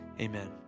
amen